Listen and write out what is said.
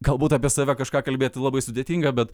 galbūt apie save kažką kalbėti labai sudėtinga bet